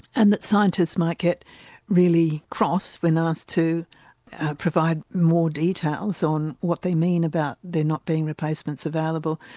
and that scientists might get really cross when asked to provide more details on what they mean about there not being replacements available.